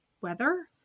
weather